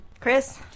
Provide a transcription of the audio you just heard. Chris